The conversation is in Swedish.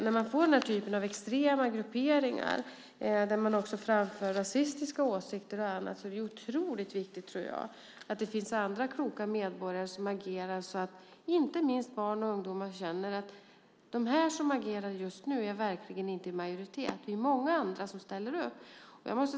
När man får denna typ av extrema grupperingar, då det också framförs rasistiska åsikter och annat, tror jag att det är otroligt viktigt att det finns andra kloka medborgare som agerar så att inte minst barn och ungdomar känner att de som agerar just nu verkligen inte är i majoritet utan att många andra ställer upp.